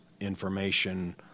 information